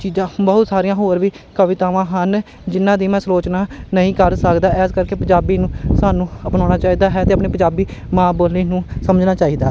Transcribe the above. ਚੀਜ਼ਾਂ ਬਹੁਤ ਸਾਰੀਆਂ ਹੋਰ ਵੀ ਕਵਿਤਾਵਾਂ ਹਨ ਜਿੰਨਾਂ ਦੀ ਮੈਂ ਅਲੋਚਨਾ ਨਹੀਂ ਕਰ ਸਕਦਾ ਇਸ ਕਰਕੇ ਪੰਜਾਬੀ ਨੂੰ ਸਾਨੂੰ ਅਪਣਾਉਣਾ ਚਾਹੀਦਾ ਹੈ ਅਤੇ ਆਪਣੀ ਪੰਜਾਬੀ ਮਾਂ ਬੋਲੀ ਨੂੰ ਸਮਝਣਾ ਚਾਹੀਦਾ